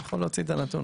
אני יכול להוציא את הנתון.